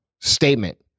statement